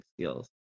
skills